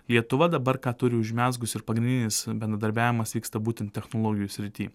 lietuva dabar ką turi užmezgus ir pagrindinis bendradarbiavimas vyksta būtent technologijų srity